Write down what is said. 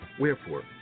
Wherefore